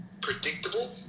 predictable